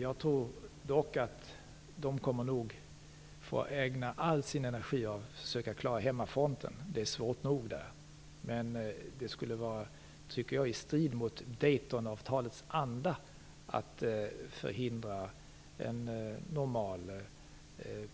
Jag tror dock att de nog kommer att få ägna all sin energi åt att försöka klara hemmafronten - det är svårt nog där - men jag tycker att det skulle vara i strid mot Daytonavtalets anda att förhindra en normal